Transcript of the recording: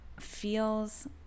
feels